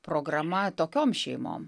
programa tokiom šeimom